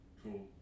cool